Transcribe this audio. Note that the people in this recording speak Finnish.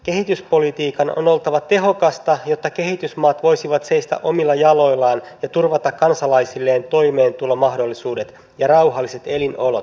kehityspolitiikan on oltava tehokasta jotta kehitysmaat voisivat seistä omilla jaloillaan ja turvata kansalaisilleen toimeentulomahdollisuudet ja rauhalliset elinolot